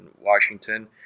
Washington